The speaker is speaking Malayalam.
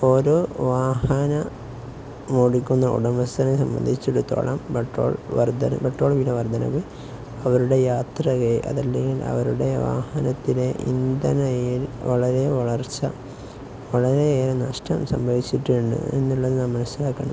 ഓരോ വാഹനമോടിക്കുന്ന ഉടമസ്ഥനെ സംബന്ധിച്ചിടത്തോളം പെട്രോൾ വർദ്ധന പെട്രോൾ വില വർദ്ധനവ് അവരുടെ യാത്രയ്ക്ക് അതല്ലെങ്കിൽ അവരുടെ വാഹനത്തിലെ ഇന്ധനത്തിൽ വളരെ വളർച്ച വളരെയേറെ നഷ്ടം സംഭവിച്ചിട്ടുണ്ട് എന്നുള്ളതു മനസ്സിലാക്കണം